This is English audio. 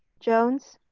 jones,